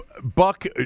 Buck